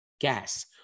Gas